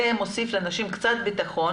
זה מוסיף לנשים קצת ביטחון